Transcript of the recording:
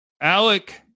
Alec